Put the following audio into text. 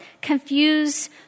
confuse